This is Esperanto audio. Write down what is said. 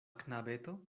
knabeto